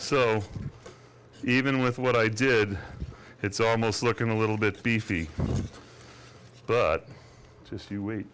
so even with what i did it's almost looking a little bit beefy but just you wait